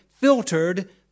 filtered